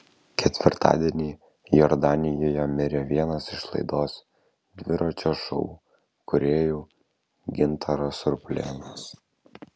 ketvirtadienį jordanijoje mirė vienas iš laidos dviračio šou kūrėjų gintaras ruplėnas